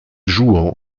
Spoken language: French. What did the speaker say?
jouan